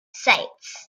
sites